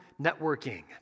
networking